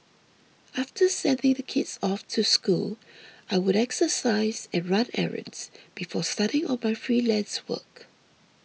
after sending the kids off to school I would exercise and run errands before starting on my freelance work